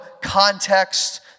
context